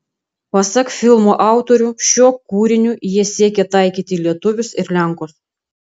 pasak filmo autorių šiuo kūriniu jie siekė taikyti lietuvius ir lenkus